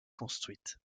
construites